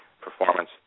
performance